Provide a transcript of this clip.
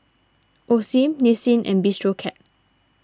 Osim Nissin and Bistro Cat